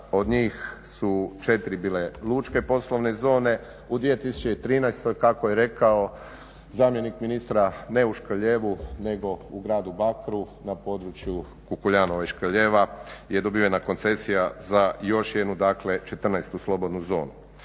Od njih su 4 bile lučke poslovne zone. U 2013. kako je rekao zamjenik ministra ne u Škrljevu nego u gradu Bakru na području Kukuljanova i Škrljeva je dobivena koncesija za još jednu dakle 14 slobodnu zonu.